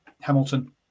Hamilton